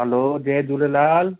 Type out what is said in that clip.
hello जय झूलेलाल